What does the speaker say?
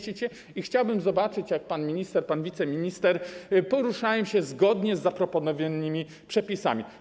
Chciałbym zobaczyć, jak pan minister i pan wiceminister poruszają się zgodnie z zaproponowanymi przepisami.